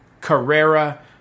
Carrera